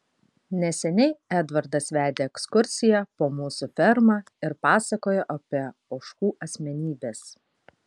neseniai edvardas vedė ekskursiją po mūsų fermą ir pasakojo apie ožkų asmenybes